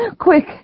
Quick